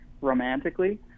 romantically